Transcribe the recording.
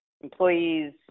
employees